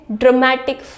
dramatic